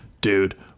dude